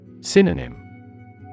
Synonym